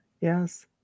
yes